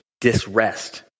disrest